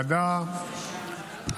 אני מתכבדת להודיעכם,